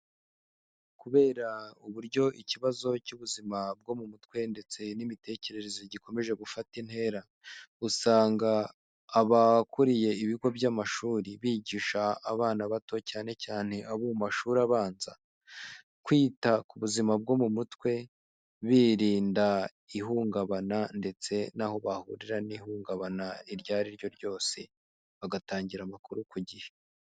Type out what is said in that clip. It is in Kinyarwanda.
Kubera uburyo ikibazo cy'ubuzima bwo mu mutwe ndetse n'imitekerereze gikomeje gufata intera, usanga abakuriye ibigo by'amashuri, bigisha abana bato cyane cyane abo mu mashuri abanza, kwita ku buzima bwo mu mutwe, birinda ihungabana, ndetse n'aho bahurira n'ihungabana iryo ari ryo ryose, bagatangira amakuru ku gihe.